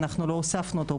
אנחנו לא הוספנו אותו,